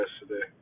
yesterday